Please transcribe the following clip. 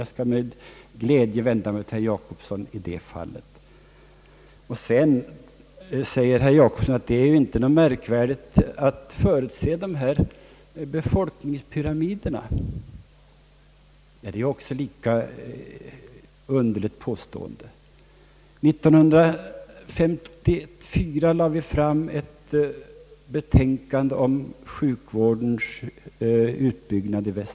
Jag skall med glädje vända mig till herr Jacobsson i det fallet. Så säger herr Jacobsson att det inte är någonting märkvärdigt att förutse befolkningspyramiderna. Detta är ett lika underligt påstående. I Västmanlands län lade vi 1954 fram ett betänkande om sjukvårdens utbyggnad.